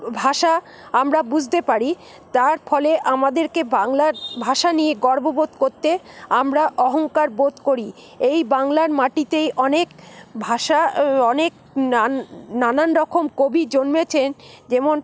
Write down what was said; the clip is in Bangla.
ভাষা আমরা বুঝতে পারি তার ফলে আমাদেরকে বাংলার ভাষা নিয়ে গর্ব বোধ করতে আমরা অহংকার বোধ করি এই বাংলার মাটিতেই অনেক ভাষা অনেক নানান রকম কবি জন্মেছেন যেমন